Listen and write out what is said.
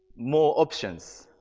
more options.